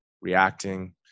reacting